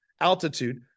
altitude